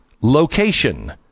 location